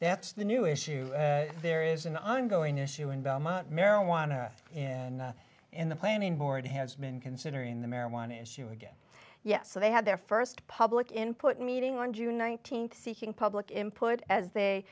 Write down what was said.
that's the new issue there is an ongoing issue and marijuana and in the planning board has been considering the marijuana issue again yes so they had their first public input meeting on june nineteenth seeking public input as